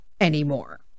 anymore